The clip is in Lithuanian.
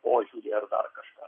požiūrį ir dar kažką